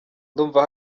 ndumva